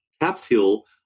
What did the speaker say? capsule